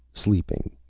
sleeping,